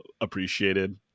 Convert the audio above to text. appreciated